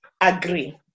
agree